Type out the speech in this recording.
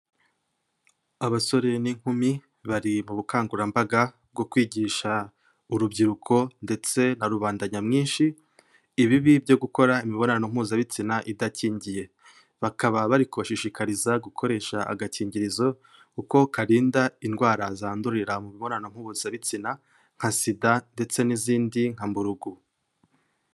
Abasore n'inkumi bari mu bukangurambaga bwo kwigisha urubyiruko ndetse na rubanda nyamwinshi, ibibi byo gukora imibonano mpuzabitsina idakingiye, bakaba bari kubashishikariza gukoresha agakingirizo kuko karinda indwara zandurira mu mibonano mpuzabitsina nka SIDA ndetse n'izindi nka Mburugu.